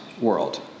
world